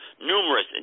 Numerous